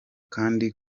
kandi